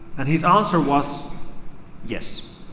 and his answer was yes.